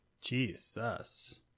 Jesus